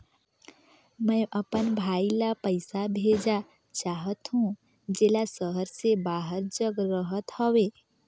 मैं अपन भाई ल पइसा भेजा चाहत हों, जेला शहर से बाहर जग रहत हवे